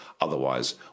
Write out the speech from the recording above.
otherwise